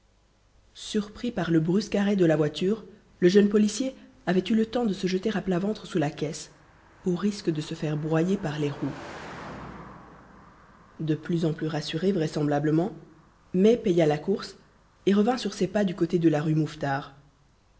surpris par le brusque arrêt de la voiture le jeune policier avait eu le temps de se jeter à plat ventre sous la caisse au risque de se faire broyer par les roues de plus en plus rassuré vraisemblablement mai paya la course et revint sur ses pas du côté de la rue mouffetard